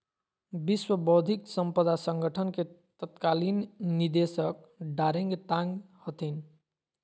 विश्व बौद्धिक साम्पदा संगठन के तत्कालीन निदेशक डारेंग तांग हथिन